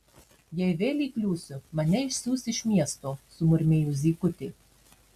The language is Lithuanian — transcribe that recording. jei vėl įkliūsiu mane išsiųs iš miesto sumurmėjo zykutė